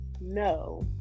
no